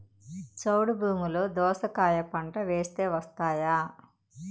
చౌడు భూమిలో దోస కాయ పంట వేస్తే వస్తాయా?